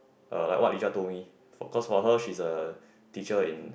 uh like what told me for cause for her she's a teacher in